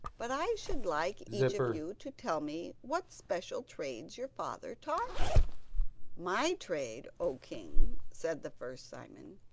but i should like each of you to tell me what special trades your father taught you my trade, o king said the first simon,